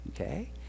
okay